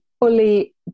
fully